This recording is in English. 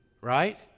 right